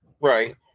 right